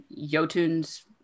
Yotuns